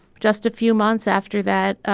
justice. few months after that,